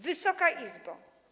Wysoka Izbo!